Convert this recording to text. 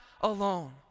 alone